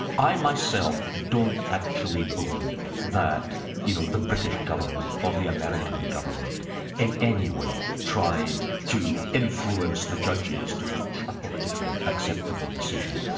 i myself don't actually believe that you know the british government or the american government in any way tried to influence the judges to reach a politically acceptable decision.